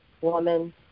woman